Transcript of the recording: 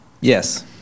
Yes